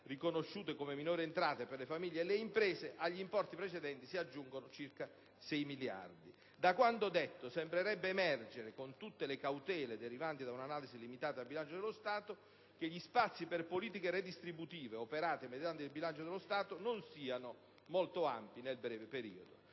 riconosciute come minori entrate per le famiglie e le imprese, agli importi precedenti si aggiungono circa 6 miliardi. Da quanto detto sembrerebbe emergere, con tutte le cautele derivanti da un'analisi limitata al bilancio dello Stato, che gli spazi per politiche redistributive operate mediante il bilancio dello Stato non siano molto ampi nel breve periodo.